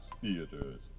theaters